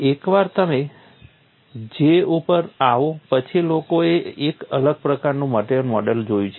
એકવાર તમે J ઉપર આવો પછી લોકોએ એક અલગ પ્રકારનું મટિરિયલ મોડેલ જોયું છે